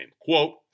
Quote